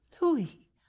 Louis